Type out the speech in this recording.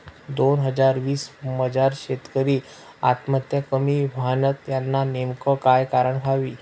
दोन हजार वीस मजार शेतकरी आत्महत्या कमी व्हयन्यात, यानं नेमकं काय कारण व्हयी?